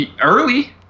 Early